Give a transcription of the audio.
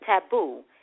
taboo